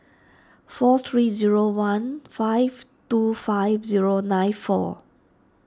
four three zero one five two five zero nine four